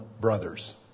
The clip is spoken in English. brothers